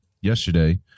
yesterday